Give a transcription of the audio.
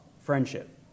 friendship